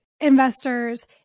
investors